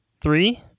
Three